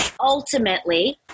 ultimately